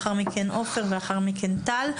לאחר מכן עופר ולאחר מכן אלון טל,